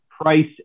price